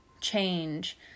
change